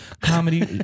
comedy